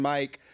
Mike